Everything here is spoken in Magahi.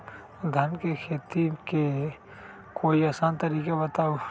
धान के खेती के कोई आसान तरिका बताउ?